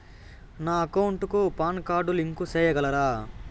నా అకౌంట్ కు PAN card link సేయగలరా?